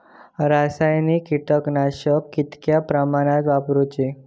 रासायनिक कीटकनाशका कितक्या प्रमाणात वापरूची?